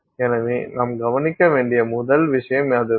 எனவே நாம் கவனிக்க வேண்டிய முதல் விஷயம் அதுதான்